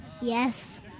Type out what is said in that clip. Yes